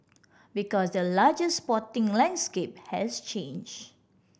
because the larger sporting landscape has changed